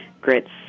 grits